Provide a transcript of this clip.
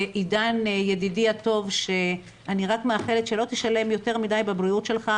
עידן ידידי הטוב שאני רק מאחלת שלא תשלם יותר מדי בבריאות שלך,